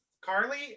carly